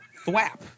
Thwap